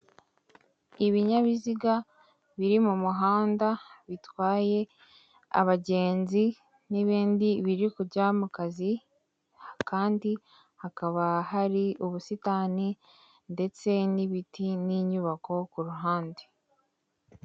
Ibinyabiziga biri mu muhanda bitwaye abagenzi n'ibindi biri kujya mu kazi, kandi hakaba hari ubusitani ndetse n'ibiti n'inyubako ku ruhande.